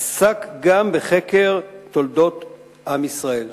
עסק בחקר תולדות עם ישראל,